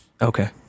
Okay